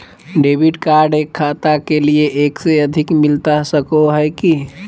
Debit card एक खाता के लिए एक से अधिक मिलता सको है की?